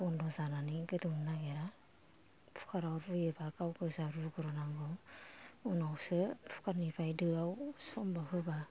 बन्द' जानानै गोदौनो नागिरा कुखाराव रुयोबा गाव गोजा रुग्रोनांगौ उनावसो कुखारनिफ्राय दोयाव समबार होबा